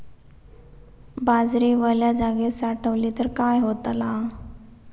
बाजरी वल्या जागेत साठवली तर काय होताला?